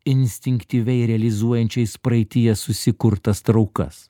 instinktyviai realizuojančiais praeityje susikurtas traukas